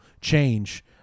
change